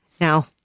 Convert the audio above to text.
Now